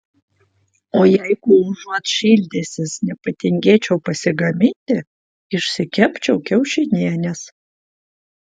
o jeigu užuot šildęsis nepatingėčiau pasigaminti išsikepčiau kiaušinienės